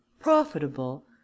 profitable